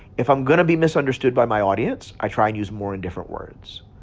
if i'm going to be misunderstood by my audience, i try and use more indifferent words.